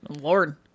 lord